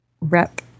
rep